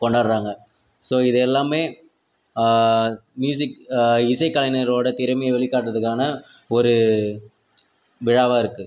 கொண்டாடுகிறாங்க ஸோ இது எல்லாமே மியூசிக் இசை கலைஞர்களோடய திறமையை வெளிகாட்டுறதுக்கான ஒரு விழாவாக இருக்குது